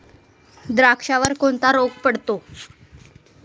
द्राक्षावर कोणता रोग पडतो?